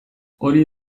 hori